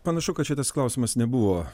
panašu kad šitas klausimas nebuvo